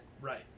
Right